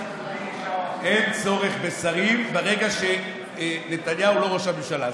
אין צורך בשרים ברגע שנתניהו לא ראש הממשלה.